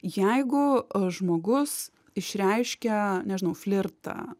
jeigu žmogus išreiškia nežinau flirtą